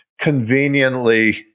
conveniently